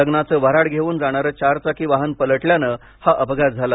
लग्नाच वऱ्हाड घेऊन जाणारे चारचाकी वाहन पलटल्याने हा अपघात झाला